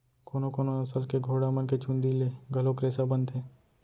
कोनो कोनो नसल के घोड़ा मन के चूंदी ले घलोक रेसा बनथे